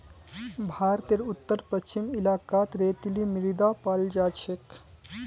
भारतेर उत्तर पश्चिम इलाकात रेतीली मृदा पाल जा छेक